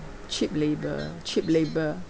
cheap labor cheap labour